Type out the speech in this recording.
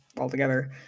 altogether